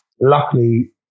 Luckily